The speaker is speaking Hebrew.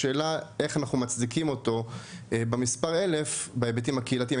השאלה איך אנחנו מצדיקים אותו במספר 1,000 בהיבטים הקהילתיים?